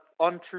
untrue